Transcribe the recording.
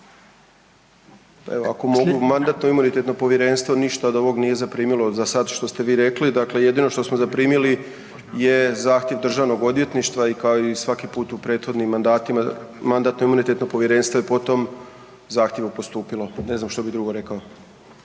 evo, ako mogu, MIP ništa od ovog nije zaprimilo sad, što ste vi rekli, dakle jedino što smo zaprimili je zahtjev državnog odvjetništva i kao i svaki put u prethodnim mandatima MIP je po tom zahtjevu postupilo, ne znam što bi drugo rekao.